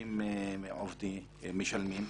האנשים משלמים.